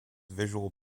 visual